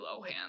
Lohan